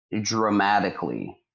dramatically